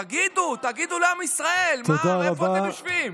תגידו, תגידו לעם ישראל איפה אתם יושבים.